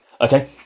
Okay